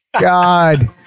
God